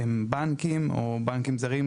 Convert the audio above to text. הם בנקים או בנקים זרים,